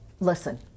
listen